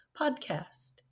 podcast